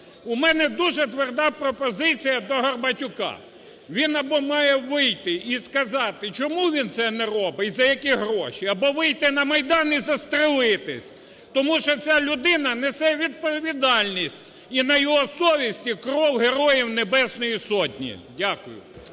У мене дуже тверда пропозиція до Горбатюка, він або має вийти і сказати чому він це не робить і за які гроші, або вийти на Майдан і застрелитись, тому що ця людина несе відповідальність і на його совісті кров Героїв Небесної Сотні. Дякую.